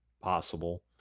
possible